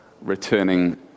returning